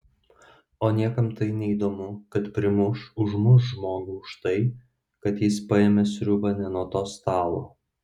o niekam tai neįdomu kad primuš užmuš žmogų už tai kad jis paėmė sriubą ne nuo to stalo